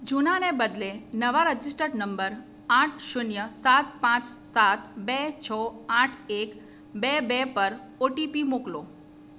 જૂનાને બદલે નવા registered number આઠ શૂન્ય સાત પાંચ સાત બે છ આઠ એક બે બે પર ઓટીપી મોકલો